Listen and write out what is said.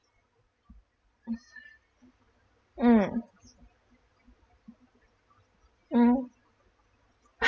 mm mm